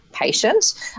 patient